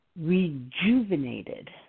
rejuvenated